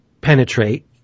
penetrate